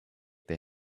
they